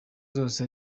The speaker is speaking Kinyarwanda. zose